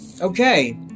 Okay